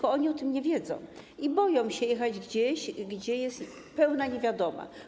Oni o tym nie wiedzą i boją się jechać gdzieś, gdzie jest pełna niewiadoma.